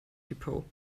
depot